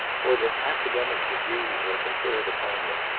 or that academic degrees are conferred upon them.